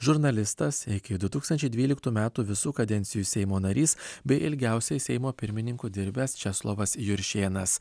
žurnalistas iki du tūkstančiai dvyliktų metų visų kadencijų seimo narys beje ilgiausiai seimo pirmininku dirbęs česlovas juršėnas